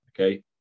Okay